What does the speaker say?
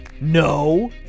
No